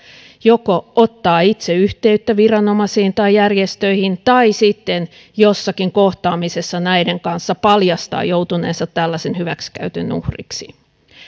joko ottaa itse yhteyttä viranomaisiin tai järjestöihin tai sitten jossakin kohtaamisessa näiden kanssa paljastaa joutuneensa tällaisen hyväksikäytön uhriksi